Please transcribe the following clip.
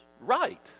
right